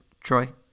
Troy